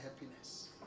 happiness